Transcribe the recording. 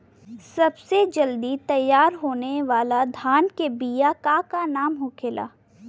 सबसे जल्दी तैयार होने वाला धान के बिया का का नाम होखेला?